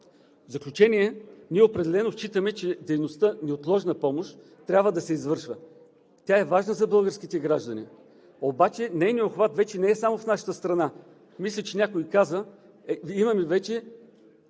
В заключение, ние определено считаме, че дейността „неотложна помощ“ трябва да се извършва. Тя е важна за българските граждани, обаче нейният обхват вече не е само в нашата страна. Мисля, че някой каза, че имаме вече